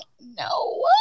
no